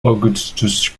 augustus